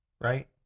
right